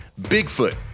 Bigfoot